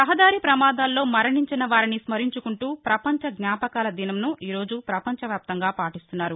రహదారి ప్రమాదాల్లో మరణించిన వారిని స్మరించుకుంటూ పపంచ జ్ఞాపకాల దినం ను ఈ రోజు ప్రపంచ వ్యాప్తంగా పాటీస్తున్నారు